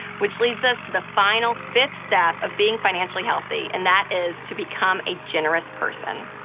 which leads us to the final fifth step of being financially healthy, and that is to become a generous person.